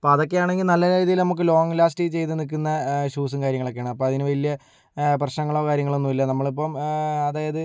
അപ്പം അതൊക്കെയാണെങ്കിൽ നല്ല രീതിയിൽ നമുക്ക് ലോങ്ങ് ലാസ്റ്റ് ചെയ്ത് നിൽക്കുന്ന ഷൂസും കാര്യങ്ങളൊക്കെയാണ് അപ്പോ അതിന് വലിയ പ്രശ്നങ്ങളോ കാര്യങ്ങളോ ഒന്നുമില്ല നമ്മളിപ്പം അതായത്